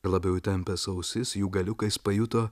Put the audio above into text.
labiau įtempęs ausis jų galiukais pajuto